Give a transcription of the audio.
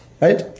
right